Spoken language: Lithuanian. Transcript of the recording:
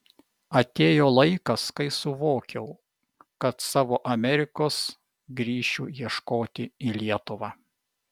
atėjo laikas kai suvokiau kad savo amerikos grįšiu ieškoti į lietuvą